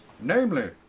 namely